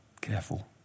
careful